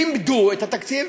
לִמדו את התקציב,